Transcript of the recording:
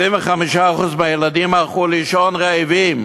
25% מהילדים הלכו לישון רעבים.